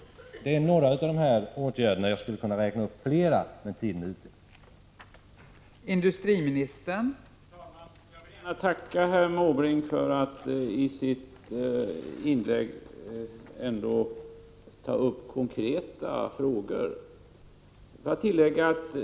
Detta är några åtgärder — jag skulle kunna räkna upp fler, men min taletid är ute.